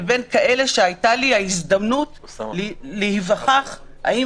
לבין כאלה שהייתה לי ההזדמנות להיווכח האם